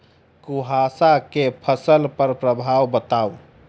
कुहासा केँ फसल पर प्रभाव बताउ?